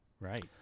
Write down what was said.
right